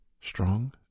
strong